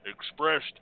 expressed